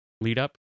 lead-up